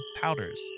powders